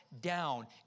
down